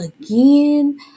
again